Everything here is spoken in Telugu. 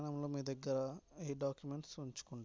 ఇంకా ప్రయాణంలో మీ దగ్గర ఏ డాక్యుమెంట్స్ ఉంచుకుంటారు